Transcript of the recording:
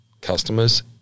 customers